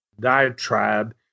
diatribe